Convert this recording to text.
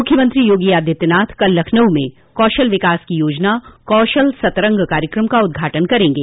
मुख्यमंत्री योगी आदित्यनाथ कल लखनऊ में कौशल विकास की योजना कौशल सतरंग कार्यकम का उद्घाटन करेंगे